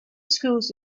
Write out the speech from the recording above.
schools